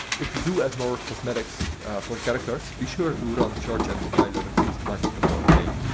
if you do add more cosmetics for character be sure to run chargencompiler at least once before playing.